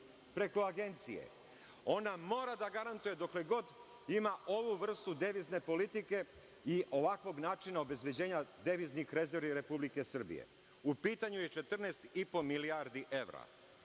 preko Agencije? Ona mora da garantuje dokle god ima ovu vrstu devizne politike i ovakvog načina obezbeđenja deviznih rezervi Republike Srbije. U pitanju je 14,5 milijardi evra.